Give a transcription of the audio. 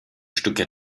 stücke